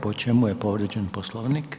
Po čemu je povrijeđen Poslovnik?